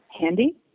handy